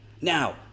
Now